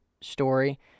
story